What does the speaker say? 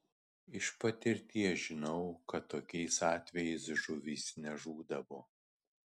iš patirties žinau kad tokiais atvejais žuvys nežūdavo